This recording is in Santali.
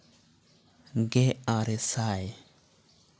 ᱜᱮ ᱟᱨᱮ ᱥᱟᱭ